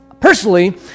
Personally